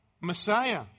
Messiah